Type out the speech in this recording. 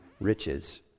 riches